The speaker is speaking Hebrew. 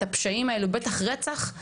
את הפשעים ואת הרצח,